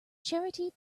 charity